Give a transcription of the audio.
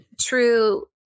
true